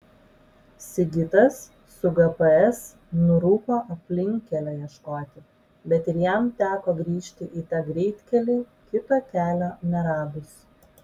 sigitas su gps nurūko aplinkkelio ieškoti bet ir jam teko grįžti į tą greitkelį kito kelio neradus